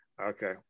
Okay